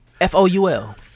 F-O-U-L